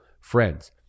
friends